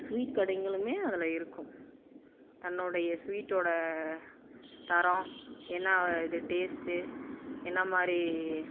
sweet கடைகளுமே அதில் இருக்கும் தன்னுடைய ஸ்வீட்டோடய தரம் என்ன இது டேஸ்ட்டு என்ன மாதிரி